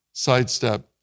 Sidestep